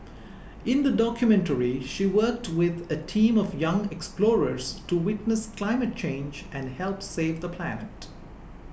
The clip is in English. in the documentary she worked with a team of young explorers to witness climate change and help save the planet